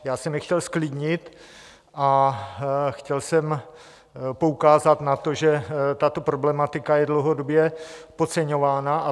Já jsem je chtěl zklidnit a chtěl jsem poukázat na to, že tato problematika je dlouhodobě podceňována.